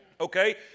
Okay